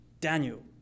Daniel